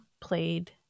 played